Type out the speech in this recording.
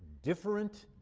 different,